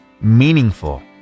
meaningful